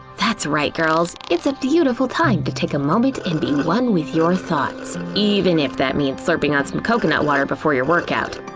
that's right girls, it's a beautiful time to take a moment and be one with your thoughts. even if that means slurping on some coconut water before your workout.